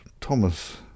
thomas